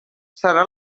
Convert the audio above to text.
serà